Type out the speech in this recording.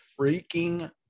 freaking